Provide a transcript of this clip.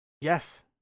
Yes